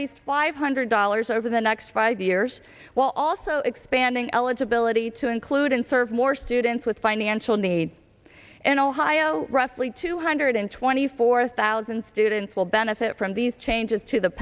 least five hundred dollars over the next five years while also expanding eligibility to include and serve more students with financial need and ohio roughly two hundred twenty four thousand students will benefit from these changes to the